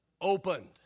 Opened